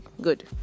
Good